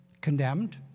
condemned